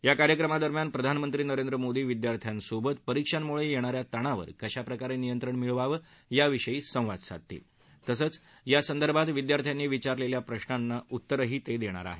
या कार्यक्रमादरम्यान प्रधानमंत्री नरेंद्र मोदी विद्यार्थ्यांसोबत परीक्षांमुळे येणाऱ्या ताणावर कशाप्रकारे नियंत्रण मिळवावं याविषयी संवाद साधतील तसंच यासंदर्भात विद्यार्थ्यांनी विचारलेल्या प्रश्नांना उत्तरंही देणार आहेत